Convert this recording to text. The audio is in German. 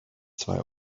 zwei